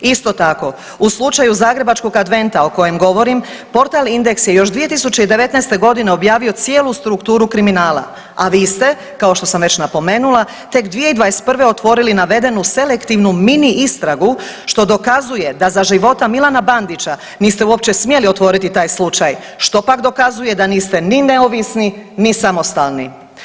Isto tako u slučaju Zagrebačkog adventa o kojem govorim portal Indeks je još 2019.g. objavio cijelu strukturu kriminala, a vi ste kao što sam već napomenula tek 2021. otvorili navedenu selektivnu mini istragu, što dokazuje da za života Milana Bandića niste uopće smjeli otvoriti taj slučaj, što pak dokazuje da niste ni neovisni ni samostalni.